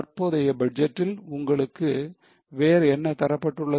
தற்போதைய பட்ஜெட்டில் உங்களுக்கு வேற என்ன தரப்பட்டுள்ளது